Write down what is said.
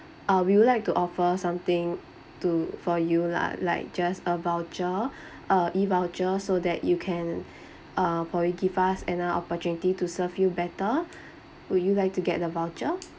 ah we would like to offer something to for you lah like just a voucher uh E voucher so that you can uh probably give us another opportunity to serve you better would you like to get the voucher